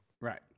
Right